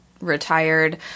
retired